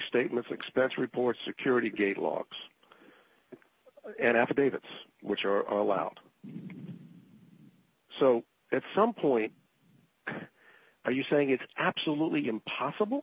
statements expense reports security gate locks and affidavits which are allowed so at some point are you saying it's absolutely impossible